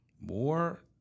more –